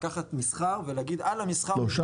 לקחת מסחר ולהגיד על המסחר אני רוצה